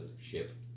ship